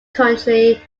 country